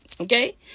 Okay